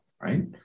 right